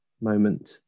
moment